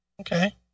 okay